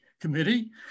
committee